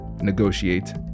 negotiate